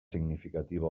significativa